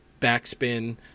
backspin